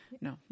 No